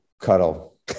cuddle